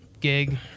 gig